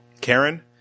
Karen